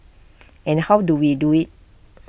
and how do we do IT